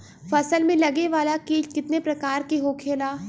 फसल में लगे वाला कीट कितने प्रकार के होखेला?